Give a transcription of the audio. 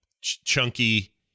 chunky